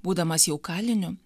būdamas jau kaliniu